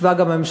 חשבה גם הממשלה.